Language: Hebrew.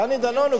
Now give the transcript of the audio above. דני דנון.